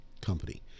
company